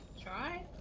try